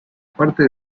parte